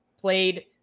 played